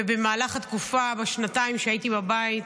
ובמהלך התקופה, בשנתיים שהייתי בבית,